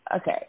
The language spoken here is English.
Okay